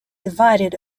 divided